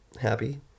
happy